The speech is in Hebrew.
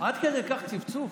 עד כדי כך צפצוף?